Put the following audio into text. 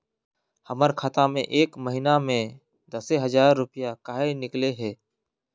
हमर खाता में एक महीना में दसे हजार रुपया काहे निकले है?